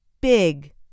big